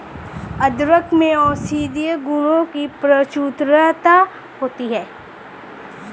अदरक में औषधीय गुणों की प्रचुरता होती है